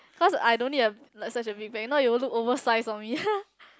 because I don't need a no such a big bag now you will look oversized for me